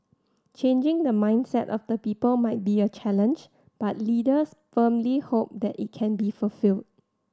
changing the mindset of the people might be a challenge but leaders firmly hope that it can be fulfilled